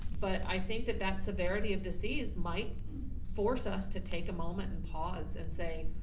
but i think that that severity of disease might force us to take a moment and pause and say,